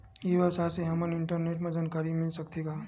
ई व्यवसाय से हमन ला इंटरनेट मा जानकारी मिल सकथे का?